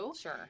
Sure